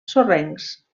sorrencs